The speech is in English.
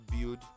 build